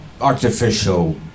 artificial